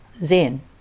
Zen